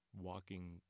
walking